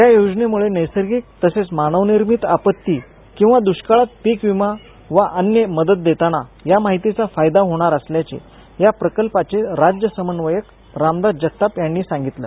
या योजनेमुळे नैसर्गिक तसेच मानवनिर्मित आपत्ती किंवा दुष्काळात पीक विमा वा अन्य मदत देताना या माहितीचा फायदा होणार असल्याचे या प्रकल्पाचे राज्य समन्वयक रामदास जगताप यांनी सांगितलं